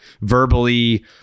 verbally